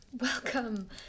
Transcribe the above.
welcome